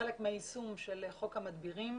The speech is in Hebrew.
כחלק מהיישום של חוק המדבירים.